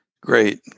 Great